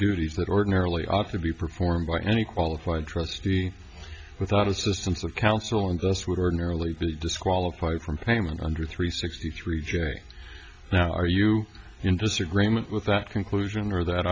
duties that ordinarily ought to be performed by any qualified trustee without assistance of counsel and thus would ordinarily be disqualified from payment under three sixty three now are you in disagreement with that conclusion or that